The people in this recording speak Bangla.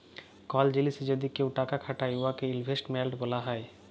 কল জিলিসে যদি কেউ টাকা খাটায় উয়াকে ইলভেস্টমেল্ট ব্যলা হ্যয়